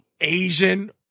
Asian